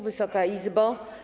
Wysoka Izbo!